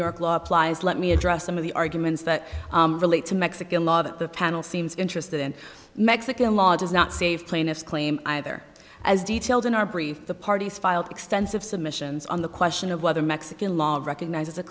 york law applies let me address some of the arguments that relate to mexican law that the panel seems interested in mexican law does not save plaintiff's claim either as detailed in our brief the parties filed extensive submissions on the question of whether mexican law recognizes a